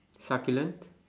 succulent